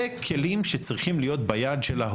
יש לך טעות.